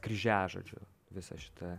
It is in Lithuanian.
kryžiažodžiu visą šitą